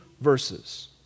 verses